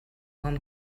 com